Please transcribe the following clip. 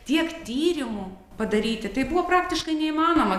tiek tyrimų padaryti tai buvo praktiškai neįmanoma